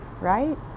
right